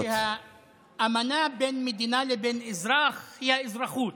שלפיו האמנה בין מדינה לבין אזרח היא האזרחות,